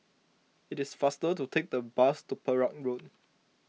it is faster to take the bus to Perak Road